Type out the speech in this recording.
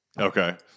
okay